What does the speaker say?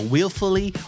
Willfully